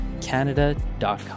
canada.com